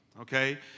okay